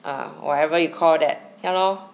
orh whatever you call that ya lor